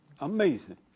Amazing